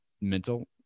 mental